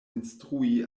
instrui